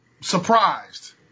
surprised